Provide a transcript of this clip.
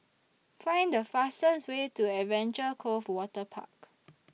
Find The fastest Way to Adventure Cove Waterpark